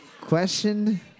Question